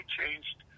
changed